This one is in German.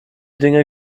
dinge